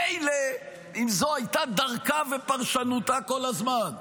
מילא אם זו הייתה דרכה ופרשנותה כל הזמן,